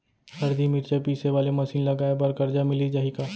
हरदी, मिरचा पीसे वाले मशीन लगाए बर करजा मिलिस जाही का?